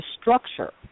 structure